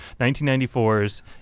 1994's